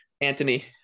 Anthony